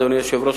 אדוני היושב-ראש,